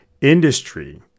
industry